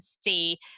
see